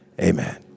Amen